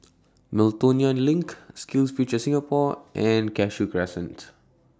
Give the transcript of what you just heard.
Miltonia LINK SkillsFuture Singapore and Cashew Crescent